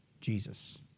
Jesus